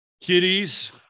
Kitties